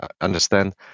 understand